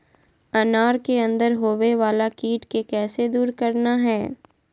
अनार के अंदर होवे वाला कीट के कैसे दूर करना है?